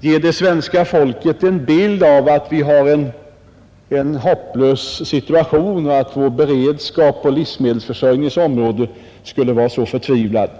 ge det svenska folket en bild av att vi har en hopplös situation och att vår beredskap på livsmedelsförsörjningens område skulle vara så förtvivlad.